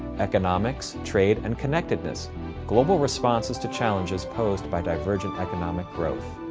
economics, trade, and connectedness global responses to challenges posed by divergent economic growth.